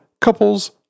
Couples